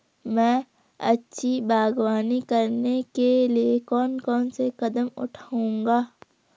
मैं अच्छी बागवानी करने के लिए कौन कौन से कदम बढ़ाऊंगा?